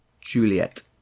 Juliet